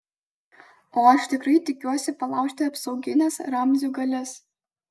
o aš tikrai tikiuosi palaužti apsaugines ramzio galias